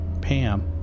pam